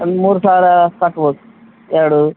ಒಂದು ಮೂರು ಸಾವಿರ ಕಟ್ಬೌದು ಎರಡು